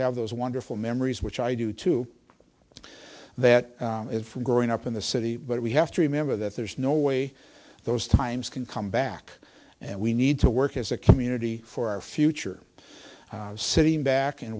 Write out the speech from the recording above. have those wonderful memories which i do too that is growing up in the city but we have to remember that there's no way those times can come back and we need to work as a community for our future sitting back and